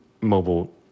mobile